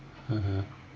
(uh huh)